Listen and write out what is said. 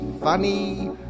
funny